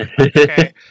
Okay